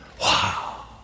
Wow